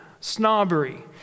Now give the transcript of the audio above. snobbery